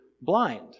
blind